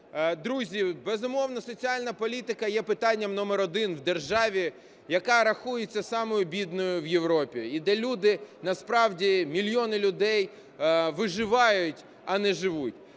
Друзі, безумовно, соціальна політика є питанням номер один в державі, яка рахується самою бідною в Європі, і де люди, насправді мільйони людей, виживають, а не живуть.